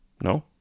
no